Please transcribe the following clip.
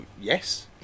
yes